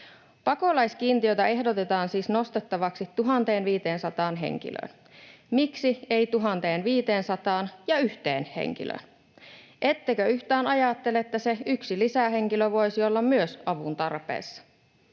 Pakolaiskiintiötä ehdotetaan siis nostettavaksi 1 500 henkilöön. Miksi ei 1 501:een henkilöön? Ettekö yhtään ajattele, että se yksi lisähenkilö voisi olla myös avun tarpeessa?